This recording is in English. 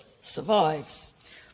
survives